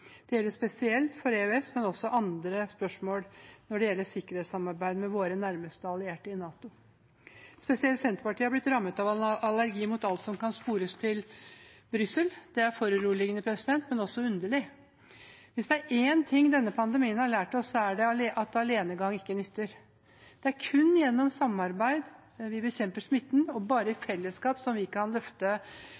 Det gjelder spesielt for EØS, men også andre spørsmål når det gjelder sikkerhetssamarbeid med våre nærmeste allierte i NATO. Spesielt Senterpartiet er blitt rammet av allergi mot alt som kan spores til Brussel. Det er foruroligende, men også underlig. Hvis det er én ting denne pandemien har lært oss, er det at alenegang ikke nytter. Det er kun gjennom samarbeid vi bekjemper smitten, og bare i